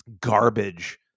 garbage